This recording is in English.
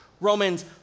Romans